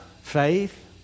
faith